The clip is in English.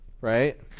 right